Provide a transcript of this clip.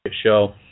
Show